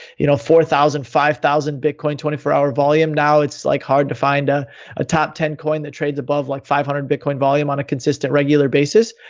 you know, four thousand, five thousand bitcoin twenty four hour volume. now it's like hard to find ah a top ten coin that trades above like five hundred bitcoin volume on a consistent regular basis.